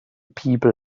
people